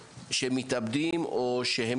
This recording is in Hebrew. שמתאבדים או שהם